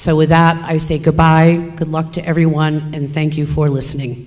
with that i say goodbye good luck to everyone and thank you for listening